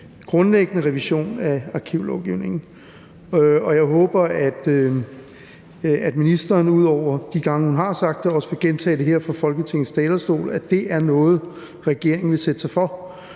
grundlæggende revision af arkivlovgivningen. Og jeg håber, at ministeren ud over de gange, hun har sagt det, også vil gentage det her fra Folketingets talerstol, altså at det er noget, regeringen vil sætte sig for.